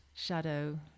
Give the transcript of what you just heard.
shadow